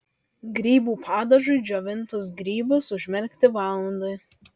grybų padažui džiovintus grybus užmerkti valandai